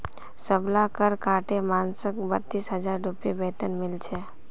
सबला कर काटे मानसक बत्तीस हजार रूपए वेतन मिल छेक